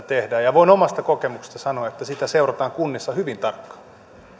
tehdään ja voin omasta kokemuksestani sanoa että sitä seurataan kunnissa hyvin tarkkaan